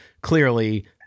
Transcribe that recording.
clearly